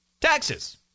Taxes